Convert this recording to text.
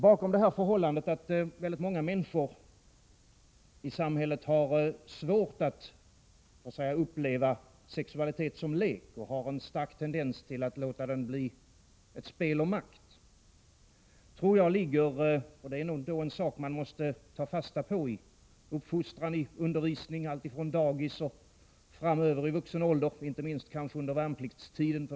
Bakom det förhållandet att väldigt många människor i samhället har svårt att uppleva sexualiteten som lek och har en stark tendens att låta den bli ett spel om makt tror jag ligger — och det måste man erkänna — den kolossala torftigheten i deras sexuella relationer och i mycket av det allmänna klimat som omger sexualiteten.